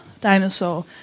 dinosaur